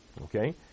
okay